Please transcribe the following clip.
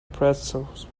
pretzels